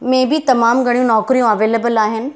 में बि तमामु घणियूं नौकरियूं अवेलिबल आहिनि